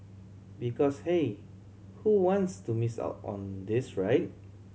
because hey who wants to miss out on this right